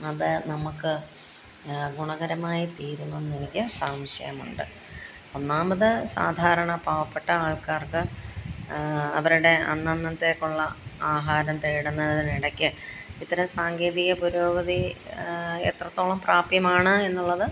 അത് നമുക്ക് ഗുണകരമായി തീരുമെന്നെനിക്ക് സംശയമുണ്ട് ഒന്നാമത് സാധാരണ പാവപ്പെട്ട ആൾക്കാർക്ക് അവരുടെ അന്നന്നത്തേക്കുള്ള ആഹാരം തേടുന്നതിനിടയ്ക്ക് ഇത്തരം സാങ്കേതിക പുരോഗതി എത്രത്തോളം പ്രാപ്യമാണ് എന്നുള്ളത്